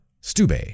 Stube